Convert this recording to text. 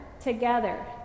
together